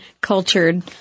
cultured